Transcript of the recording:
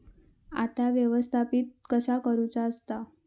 खाता व्यवस्थापित कसा करुचा असता?